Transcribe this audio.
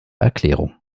erklärung